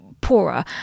poorer